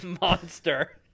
monster